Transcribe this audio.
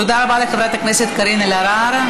תודה רבה לחברת הכנסת קארין אלהרר.